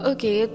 Okay